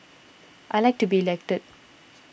I like to be elected